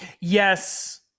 Yes